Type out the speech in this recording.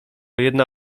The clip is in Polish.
jedna